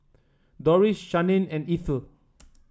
Doris Shannen and Ethel